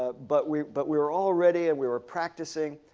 ah but we but we were all ready and we were practicing,